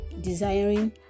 desiring